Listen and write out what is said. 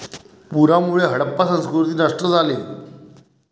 पुरामुळे हडप्पा संस्कृती नष्ट झाली